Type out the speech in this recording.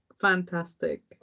fantastic